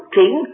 king